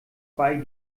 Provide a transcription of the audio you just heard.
bei